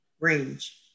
range